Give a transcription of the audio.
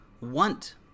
want